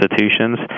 institutions